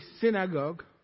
synagogue